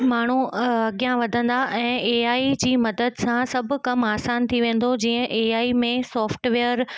माण्हू अॻियां वधंदा ऐं एआई जी मदद सां सभु कम आसान थी वेंदो जीअं एआई में सॉफ्टवेअर